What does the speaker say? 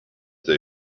they